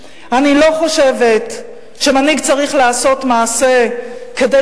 אני לא חושבת שמנהיג צריך לעשות מעשה כדי